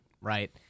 right